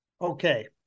Okay